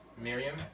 Miriam